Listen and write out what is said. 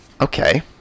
Okay